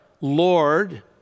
Lord